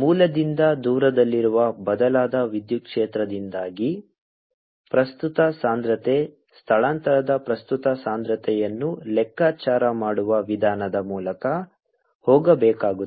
ಮೂಲದಿಂದ ದೂರದಲ್ಲಿರುವ ಬದಲಾದ ವಿದ್ಯುತ್ ಕ್ಷೇತ್ರದಿಂದಾಗಿ ಪ್ರಸ್ತುತ ಸಾಂದ್ರತೆ ಸ್ಥಳಾಂತರದ ಪ್ರಸ್ತುತ ಸಾಂದ್ರತೆಯನ್ನು ಲೆಕ್ಕಾಚಾರ ಮಾಡುವ ವಿಧಾನದ ಮೂಲಕ ಹೋಗಬೇಕಾಗುತ್ತದೆ